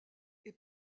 est